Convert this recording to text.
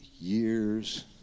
years